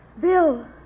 Bill